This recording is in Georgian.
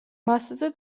მასზე